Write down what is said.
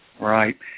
right